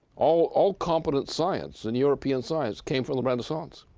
all all competent science in european science came from the renaissance.